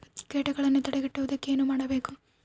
ಕೇಟಗಳನ್ನು ತಡೆಗಟ್ಟುವುದಕ್ಕೆ ಏನು ಮಾಡಬೇಕು?